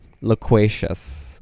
Loquacious